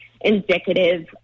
indicative